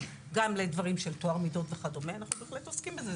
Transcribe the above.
גם לדברים של טוהר מידות וכדומה אנחנו בהחלט עוסקים בזה,